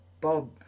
Bob